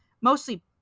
mostly